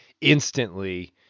instantly